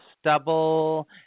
stubble